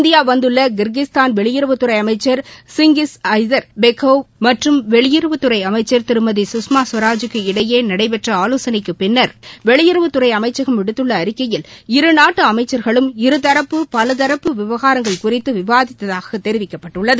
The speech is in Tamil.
இந்தியா வந்துள்ள கிர்கிஸ்தான் வெளியுறவுத்துறை அமைச்சர் சிங்கிஸ் ஐதர் பெக்கோவ் மற்றும் வெளியுறவுத்துறை அமைச்சர் திருமதி கஷ்மா ஸ்வராஜ் இடையே நடைபெற்ற ஆலோகனைக்குப் பின்னா் வெளியுறவுத்துறை அளமச்சகம் விடுத்துள்ள அறிக்கையில் இரு நாட்டு அளமச்சர்களும் இருதரப்பு பலதரப்பு விவகாரங்கள் குறித்து விவாதித்ததாகத் தெரிவிக்கப்பட்டுள்ளது